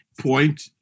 point